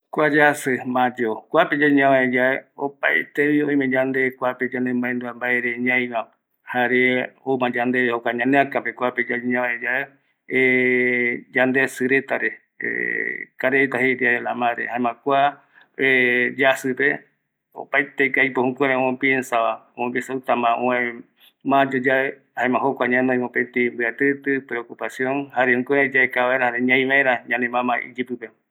Kua yasï Mayo Araïvo pe yayu ñavae yave, opaetevi oime yande kuape yande maendua mbare ñaiva, jare oume övae yandeve ñaneakape kape yayu ñavae yave yande mbaendua yadejï retare, karaireta jei dia de la madre, jaema kua yasjïpe, opaeteko aipo jukurai omo piensava, por que outama öväe. mayo yae, jaema jokua ñanoi möpëtï mbïatïtï, preocupacion, jare jukurai yaeka vaera jare ñai vaera ñane mamá iyïpïpe.